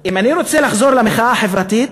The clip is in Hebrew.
אם אני רוצה לחזור למחאה החברתית,